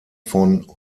von